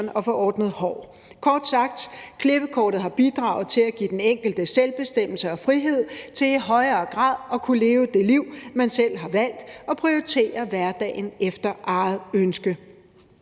og få ordnet hår. Kort sagt har klippekortet bidraget til at give den enkelte selvbestemmelse og frihed til i højere grad at kunne leve det liv, man selv har valgt, og prioritere hverdagen efter eget ønske.